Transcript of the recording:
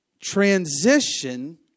transition